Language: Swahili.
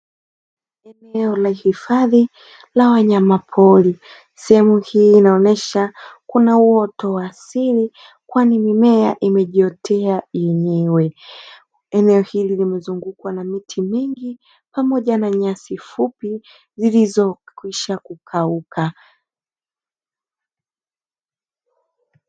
Eneo la hifadhi la wanyamapori sehemu hii inaonyesha kuna uoto wa asili kwani mimea imejiotea yenyewe. Eneo hili limezungukwa na miti mingi pamoja na nyasi fupi zilizokwisha kukauka.